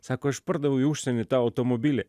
sako aš pardaviau į užsienį tą automobilį